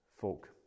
Folk